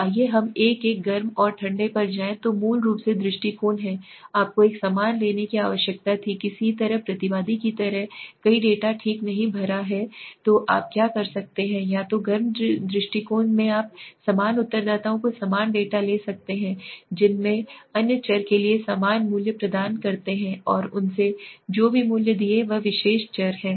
तो आइए हम एक एक गर्म और ठंडे पर जाएं जो मूल रूप से दृष्टिकोण हैं आपको एक समान लेने की आवश्यकता थी किसी तरह प्रतिवादी की तरह कई डेटा ठीक नहीं भरा है तो आप क्या कर सकते हैं या तो गर्म दृष्टिकोण में आप समान उत्तरदाताओं के समान डेटा ले सकते हैं जिसने अन्य चर के लिए समान मूल्य प्रदान किए हैं और उसने जो भी मूल्य दिए वह विशेष चर हैं